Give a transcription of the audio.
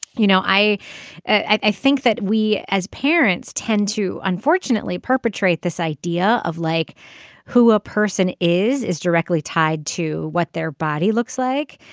you know i i think that we as parents tend to unfortunately perpetrate this idea of like who a person is is directly tied to what their body looks like.